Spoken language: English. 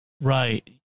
Right